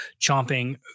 chomping